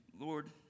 Lord